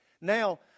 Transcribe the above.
Now